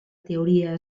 teoria